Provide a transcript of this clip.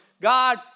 God